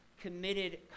committed